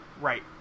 right